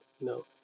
No